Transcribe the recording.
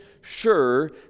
sure